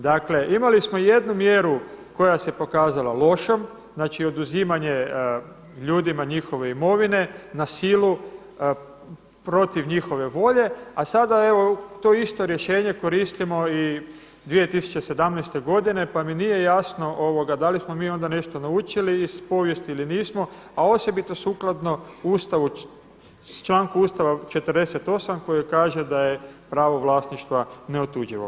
Dakle imali smo jednu mjeru koja se pokazala lošom, znači oduzimanje ljudima njihove imovine na silu protiv njihove volje, a sada to isto rješenje koristimo i 2017. godine pa mi nije jasno da li smo mi onda nešto naučili iz povijesti ili nismo, a osobito sukladno članku Ustava 48 koji kaže da je pravo vlasništva neotuđivo.